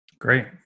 Great